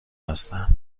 هستن